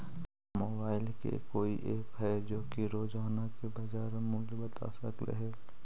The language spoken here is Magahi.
मोबाईल के कोइ एप है जो कि रोजाना के बाजार मुलय बता सकले हे?